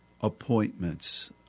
appointments